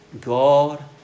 God